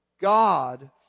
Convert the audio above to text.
God